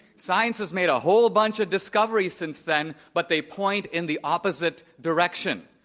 science has made a whole bunch of discoveries since then but they point in the opposite direction.